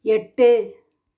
எட்டு